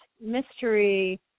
mystery